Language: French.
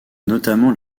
notamment